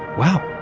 wow